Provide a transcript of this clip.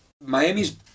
Miami's